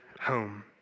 home